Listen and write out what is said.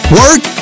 work